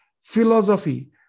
philosophy